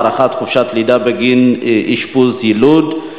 הארכת חופשת לידה בגין אשפוז יילוד),